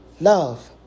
Love